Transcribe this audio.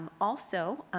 also,